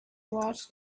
watched